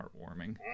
heartwarming